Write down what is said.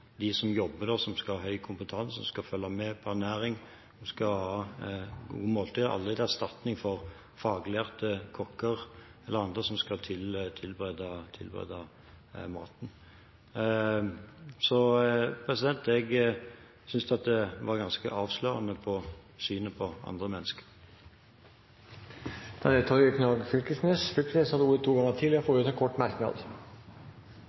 dem som jobber der, som skal ha høy kompetanse og skal følge med på ernæring og at det skal være gode måltider. Det er aldri en erstatning for faglærte kokker eller andre som skal tilberede maten. Jeg synes det var ganske avslørende for synet på andre mennesker. Representanten Torgeir Knag Fylkesnes har hatt ordet to ganger tidligere og får ordet til en kort merknad,